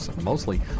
mostly